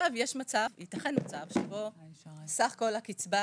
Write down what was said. יש מצב, יתכן מצב, בו סך כל הקצבה